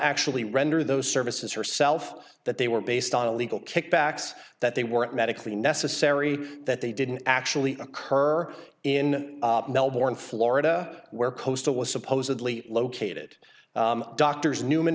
actually render those services herself that they were based on a legal kickbacks that they weren't medically necessary that they didn't actually occur in melbourne florida where kosta was supposedly located doctors newman